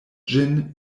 ĝin